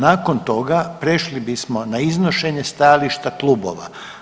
Nakon toga prešli bismo na iznošenje stajališta klubova.